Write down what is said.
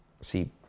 See